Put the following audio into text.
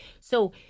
So-